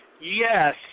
Yes